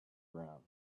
ground